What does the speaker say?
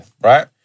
right